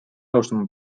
alustama